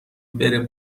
بره